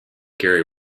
gary